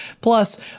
Plus